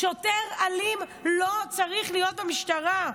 שוטר אלים לא צריך להיות במשטרה,